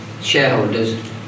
shareholders